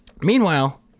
Meanwhile